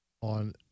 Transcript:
on